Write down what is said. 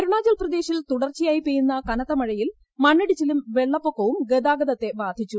അരുണാചൽ പ്രദേശിൽ തുടർച്ചയായി പെയ്യുന്ന കനത്ത മഴയിൽ മണ്ണിടിച്ചിലും വെള്ളപ്പൊക്കവും ഗതാഗതത്തെ ബ്ലിധ്രീച്ചു